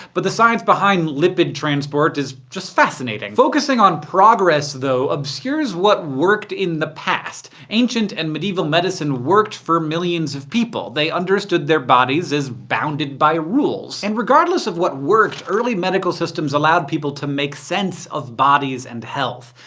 but the science behind lipid transport is just fascinating. focusing on progress, though, obscures what worked in the past. ancient and medieval medicine worked for millions of people. they understood their bodies as bounded by rules. and regardless of what worked, early medical systems allowed people to make sense of bodies and health.